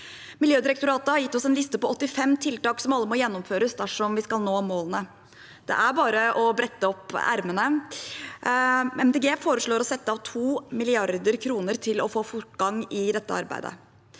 Miljødirektoratet har gitt oss en liste på 85 tiltak som alle må gjennomføres dersom vi skal nå målene. Det er bare å brette opp ermene. Miljøpartiet De Grønne foreslår å sette av 2 mrd. kr til å få fortgang i dette arbeidet.